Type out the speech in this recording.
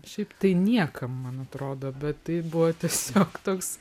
šiaip tai niekam man atrodo bet tai buvo tiesiog toks